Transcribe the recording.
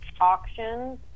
auctions